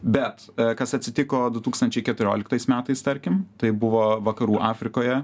bet kas atsitiko du tūkstančiai keturioliktais metais tarkim tai buvo vakarų afrikoje